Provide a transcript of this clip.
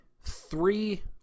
three